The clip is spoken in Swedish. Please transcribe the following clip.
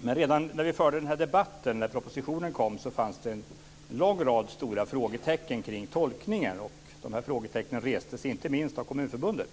Redan när propositionen kom, och vi debatterade ämnet, fanns en lång rad frågetecken kring tolkningen. De restes inte minst av Kommunförbundet.